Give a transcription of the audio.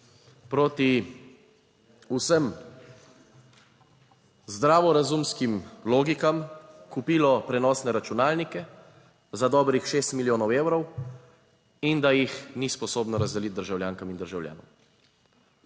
proti vsem zdravorazumskim logikam kupilo prenosne računalnike za dobrih šest milijonov evrov in da jih ni sposobna razdeliti državljankam in državljanom.